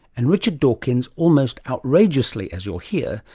and richard dawkins, almost outrageously as you'll hear,